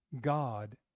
God